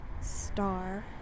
star